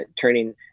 turning